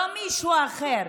לא מישהו אחר,